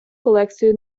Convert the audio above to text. колекцію